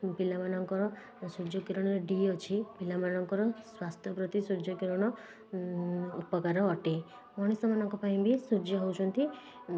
ପିଲାମାନଙ୍କର ସୂର୍ଯ୍ୟ କିରଣରେ ଡ଼ି ଅଛି ପିଲାମାନଙ୍କର ସ୍ୱାସ୍ଥ୍ୟ ପ୍ରତି ସୂର୍ଯ୍ୟ କିରଣ ଉପକାର ଅଟେ ମଣିଷମାନଙ୍କ ପାଇଁ ବି ସୂର୍ଯ୍ୟ ହେଉଛନ୍ତି